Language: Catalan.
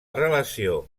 relació